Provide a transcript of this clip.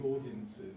audiences